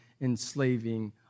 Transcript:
enslaving